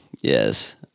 Yes